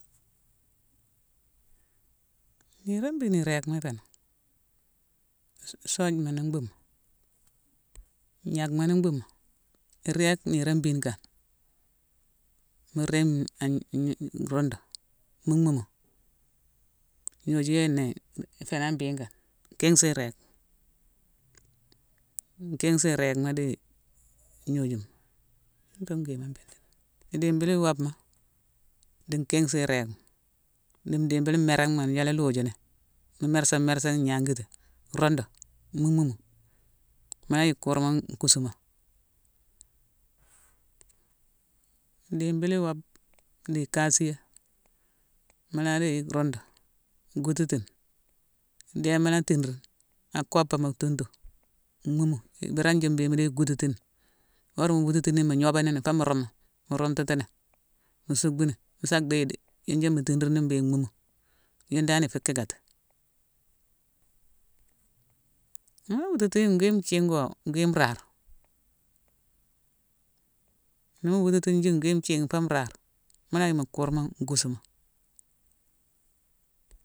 Nirone bhiine ni régma ifé nan; socjgna ni mbhumo; gnackma ni mbhumo, irég nirone bhiine kane. Mu rémime-an-gn-m-rundu mu mhumu. Gnoju yéé né ifé ni an biikan: nkinghsone irég. Nkinghsone régma di ignojuma-yune fu gwima mbindini; idibile iwobma di nkinghsone régma di ndibile méramune njélé luujini nu mersa-mersa ghi gnagiti, rundu mu mhumu, mu la yick kurma nkusumo. Idibili wobe di ikasiyé mu la déye rundu, gututini. Ndéne mu la tinrine a kopoma thuntu mhumu; ibéréne june bééghine mu déye gututini. Wora mu wututini, mu gnobanini foo mu rumu, mu rumtitini, mu suckbuni musa déye-dé-yunjune mu tinrini béghi mhumu, yune dan ifu kikati. Mu la wututijini gwii nthigh oo gwii nraare. Ni mu wututijini gwii nthigh foo nraare, mu la yick mu kurma nkusumo.